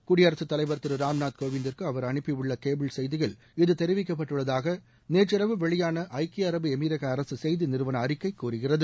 குடியரசுத் தலைவர் திரு ராம்நாத் கோவிந்திற்கு அவர் அனுப்பியுள்ள கேபிள் செய்தியில் இது தெரிவிக்கப்பட்டுள்ளதாக நேற்றிரவு வெளியான ஐக்கிய அரபு எமிரக அரசு செய்தி நிறுவன அறிக்கை கூறுகிறது